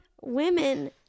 women